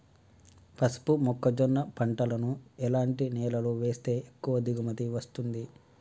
పసుపు మొక్క జొన్న పంటలను ఎలాంటి నేలలో వేస్తే ఎక్కువ దిగుమతి వస్తుంది?